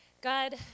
God